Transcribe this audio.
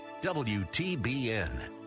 WTBN